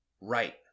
Right